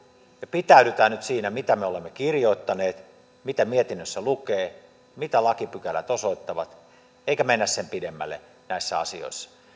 pitäydytään nyt siinä mitä me olemme kirjoittaneet mitä mietinnössä lukee mitä lakipykälät osoittavat eikä mennä sen pidemmälle näissä asioissa